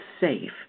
safe